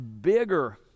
bigger